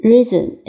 Reason